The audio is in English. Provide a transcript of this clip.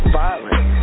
violent